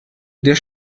der